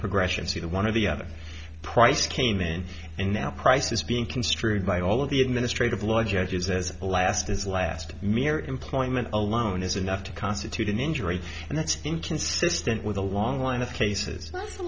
progression see the one of the other price came in and now price is being construed by all of the administrative law judge is as a last as last mere employment alone is enough to constitute an injury and that's inconsistent with a long line of cases